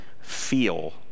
feel